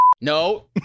No